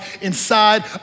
inside